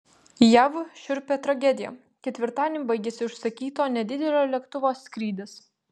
jav šiurpia tragedija ketvirtadienį baigėsi užsakyto nedidelio lėktuvo skrydis